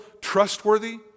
trustworthy